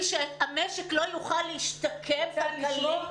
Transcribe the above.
שהמשק לא יוכל להשתקם כלכלית בלי זה.